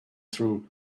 through